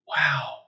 Wow